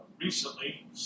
recently